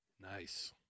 Nice